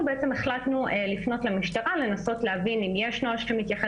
עורכת דין נועה דיאמונד,